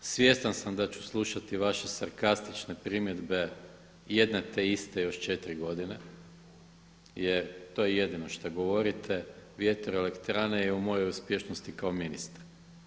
Svjestan sam da ću slušati vaše sarkastične primjedbe jedno te iste još 4 godine jer to je jedino što govorite, vjetroelektrane i o mojoj uspješnosti kao ministar.